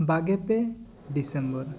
ᱵᱟᱜᱮ ᱯᱮ ᱰᱤᱥᱮᱢᱵᱚᱨ